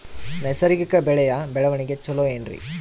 ನೈಸರ್ಗಿಕ ಬೆಳೆಯ ಬೆಳವಣಿಗೆ ಚೊಲೊ ಏನ್ರಿ?